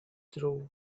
through